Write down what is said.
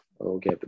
Okay